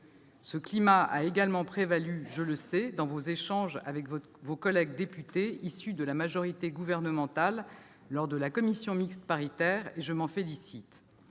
Ce climat a également prévalu, je le sais, dans vos échanges avec vos collègues députés issus de la majorité gouvernementale lors de la commission mixte paritaire, et je m'en félicite.